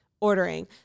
ordering